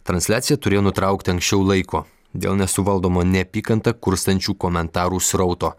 transliaciją turėjo nutraukti anksčiau laiko dėl nesuvaldomo neapykantą kurstančių komentarų srauto